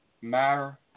Mar